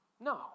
no